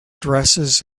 dresses